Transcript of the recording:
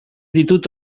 ditut